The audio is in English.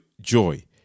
joy